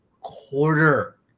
quarter